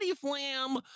Flam